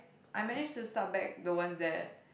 I managed to start back the ones that